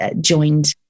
joined